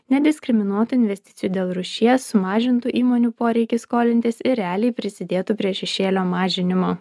nediskriminuotų investicijų dėl rūšies sumažintų įmonių poreikį skolintis ir realiai prisidėtų prie šešėlio mažinimo